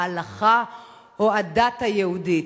ההלכה או הדת היהודית.